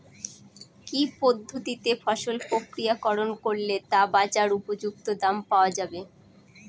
কি পদ্ধতিতে ফসল প্রক্রিয়াকরণ করলে তা বাজার উপযুক্ত দাম পাওয়া যাবে?